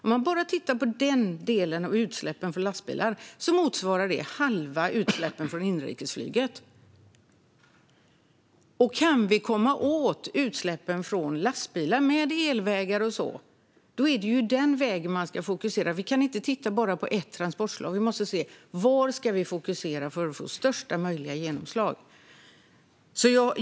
Då ser man att de utsläppen motsvarar hälften av utsläppen från inrikesflyget. Kan vi komma åt utsläppen från lastbilar med elvägar och annat är det sådant vi ska fokusera på. Vi kan inte titta på bara ett transportslag, utan vi måste titta på var vi ska fokusera för att få största möjliga genomslag.